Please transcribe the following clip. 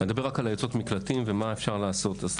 אדבר רק על יוצאות מקלטים ומה אפשר לעשות.